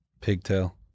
pigtail